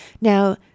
Now